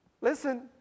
Listen